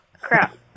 crap